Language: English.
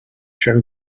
show